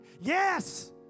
Yes